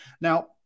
Now